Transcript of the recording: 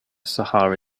sahara